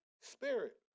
Spirit